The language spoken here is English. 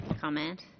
comment